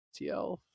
tl